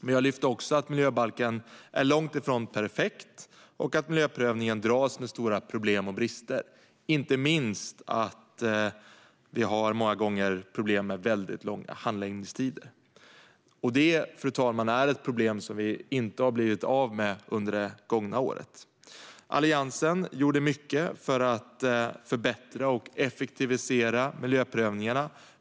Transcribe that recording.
Men jag lyfte också fram att miljöbalken är långt ifrån perfekt och att miljöprövningen dras med stora problem och brister. Inte minst har vi många gånger problem med väldigt långa handläggningstider. Fru talman! Det är ett problem som vi inte har blivit av med under det gångna året. Alliansen gjorde mycket för att förbättra och effektivisera miljöprövningarna.